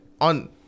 on